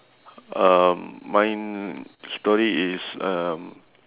um mine story is um